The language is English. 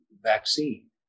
vaccine